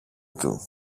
του